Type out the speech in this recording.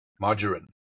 Margarine